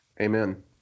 Amen